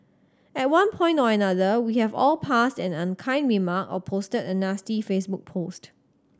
at one point or another we have all passed an unkind remark or posted a nasty Facebook post